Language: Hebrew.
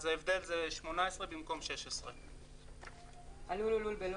אז ההבדל זה 18 במקום 16. אני ממשיכה בקריאה: הלול הוא לול בלא